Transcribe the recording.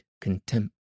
contempt